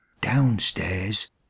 downstairs